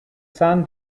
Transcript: san